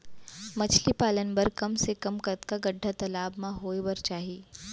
मछली पालन बर कम से कम कतका गड्डा तालाब म होये बर चाही?